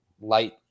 light